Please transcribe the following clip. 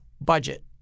budget